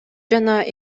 жана